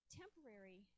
temporary